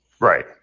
Right